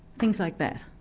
things like that?